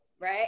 Right